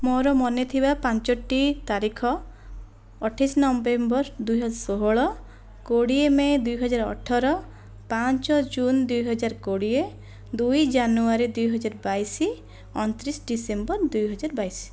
ମୋର ମନେ ଥିବା ପାଞ୍ଚଟି ତାରିଖ ଅଠେଇଶ ନଭେମ୍ବର ଦୁଇ ହଜାର ଷୋହଳ କୋଡ଼ିଏ ମେ' ଦୁଇହଜାର ଅଠର ପାଞ୍ଚ ଜୁନ ଦୁଇ ହଜାର କୋଡ଼ିଏ ଦୁଇ ଜାନୁୟାରୀ ଦୁଇ ହଜାର ବାଇଶ ଅଣତିରିଶ ଡିସେମ୍ବର ଦୁଇ ହଜାର ବାଇଶ